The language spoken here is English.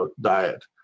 diet